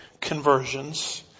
conversions